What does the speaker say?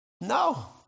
no